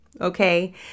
Okay